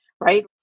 right